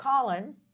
Colin